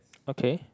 okay